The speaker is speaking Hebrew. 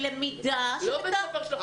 של למידה, לא בית ספר של החופש הגדול.